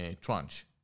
tranche